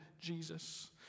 Jesus